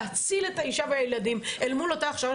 להציל את האישה והילדים אל מול אותה הכשרה